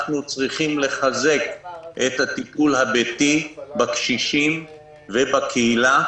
אנחנו צריכים להחזיר את הטיפול הביתי בקשישים ובקהילה,